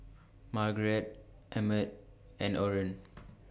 Margeret Emmett and Orren